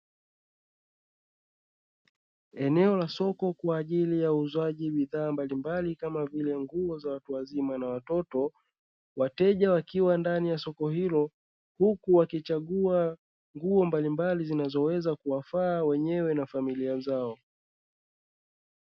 Eneo la soko kwa ajili ya uuzaji mitaa mbalimbali kama vile nguo za watu wazima na watoto. Wateja wakiwa ndani ya soko hilo huku wakichagua nguo mbalimbali zinazoweza kuwafaa wenyewe na familia zao.